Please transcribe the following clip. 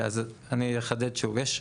אני אחדד שוב.